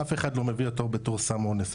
אף אחד לא מביא אותו בתור סם אונס.